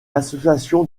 association